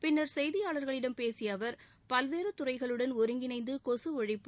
பின்னர் செய்தியாளர்களிடம் பேசிய அவர் பல்வேறு துறைகளுடன் ஒருங்கிணைந்து கொசு ஒழிப்பு